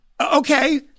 Okay